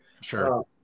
sure